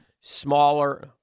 smaller